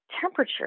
temperature